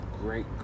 great